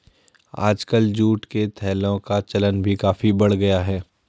आजकल जूट के थैलों का चलन भी काफी बढ़ गया है